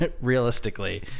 realistically